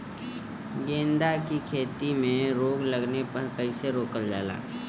गेंदा की खेती में रोग लगने पर कैसे रोकल जाला?